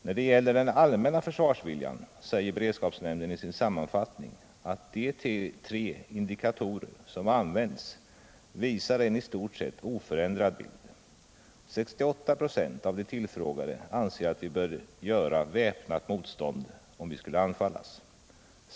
När det gäller den allmänna försvarsviljan säger beredskapsnämnden i sin sammanfattning, att de tre indikatorer som används visar en i stort sett oförändrad bild. 68 96 av de tillfrågade anser att vi bör göra väpnat motstånd om vi skulle anfallas.